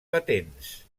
patents